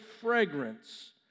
fragrance